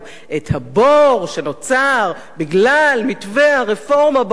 את הבור שנוצר בגלל מתווה הרפורמה במס